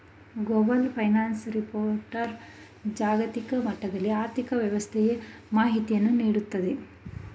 global financial report ಜಾಗತಿಕ ಮಟ್ಟದಲ್ಲಿ ಆರ್ಥಿಕ ವ್ಯವಸ್ಥೆಯ ಮಾಹಿತಿಯನ್ನು ನೀಡುತ್ತದೆ